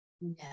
No